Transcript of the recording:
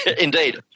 indeed